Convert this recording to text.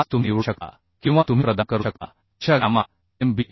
5 तुम्ही निवडू शकता किंवा तुम्ही प्रदान करू शकता अशा गॅमा एम